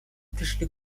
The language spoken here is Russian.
пришли